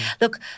look